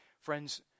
Friends